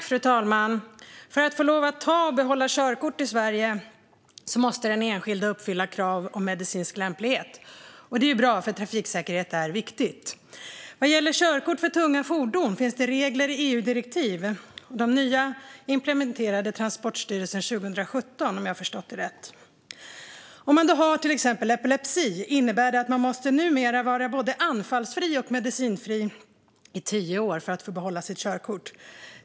Fru talman! För att få lov att ta och behålla körkort i Sverige måste den enskilde uppfylla krav om medicinsk lämplighet. Det är bra, för trafiksäkerhet är viktigt. Vad gäller körkort för tunga fordon finns det regler i EU-direktiv. De nya implementerade Transportstyrelsen 2017 om jag har förstått det rätt. Om man har till exempel epilepsi innebär det att man numera måste vara både anfallsfri och medicinfri i tio år för att få behålla sitt körkort.